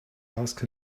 ask